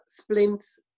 splints